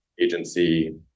agency